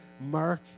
Mark